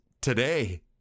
today